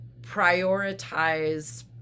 prioritize